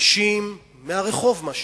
אנשים מהרחוב, מה שנקרא,